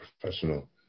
professional